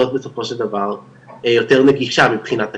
בסופו של דבר יותר נגישה מבחינת תקציב,